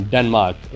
Denmark